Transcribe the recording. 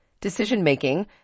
decision-making